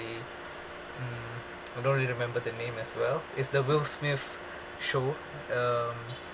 ~e mm I don't really remember the name as well is the will smith show um